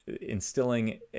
instilling